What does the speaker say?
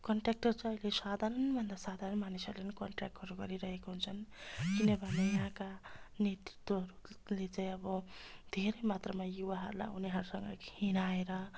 contractor चाहिँ अहिले साधारण भन्दा साधारण मानिसहरूले नि क्न्ट्र्याक्टहरू गरिरहेका हुन्छन् किनभने यहाँका नेतृत्वहरूले चाहिँ अब धेरै मात्रमा युवाहरूलाई उनीहरूसँग हिँडाएर